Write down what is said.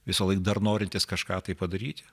visąlaik dar norintis kažką tai padaryti